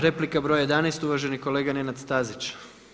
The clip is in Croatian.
Replika broj 11 uvaženi kolega Nenad Stazić.